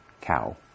cow